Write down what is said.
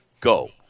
Go